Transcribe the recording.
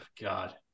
God